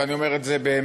ואני אומר את זה באמת,